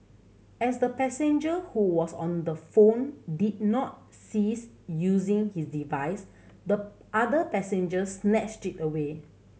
as the passenger who was on the phone did not cease using his device the other passenger snatched it away